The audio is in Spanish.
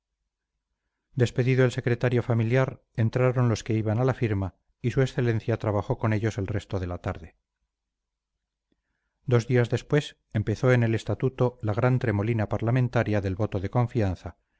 despedido el secretario familiar entraron los que iban a la firma y su excelencia trabajó con ellos el resto de la tarde dos días después empezó en el estatuto la gran tremolina parlamentaria del voto de confianza